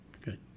good